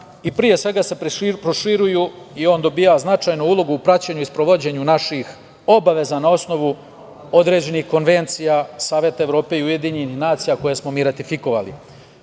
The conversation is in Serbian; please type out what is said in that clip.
građana i proširuju se i on dobija značajnu ulogu u praćenju i sprovođenju naših obaveza na osnovu određenih konvencija, Saveta Evrope i UN koje smo mi ratifikovali. Vi